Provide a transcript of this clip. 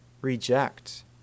reject